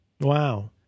Wow